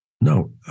No